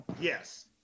Yes